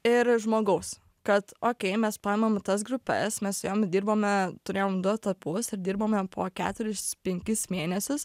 ir žmogaus kad okei mes paimam tas grupes mes jom dirbome turėjom du etapus ir dirbome po keturis penkis mėnesius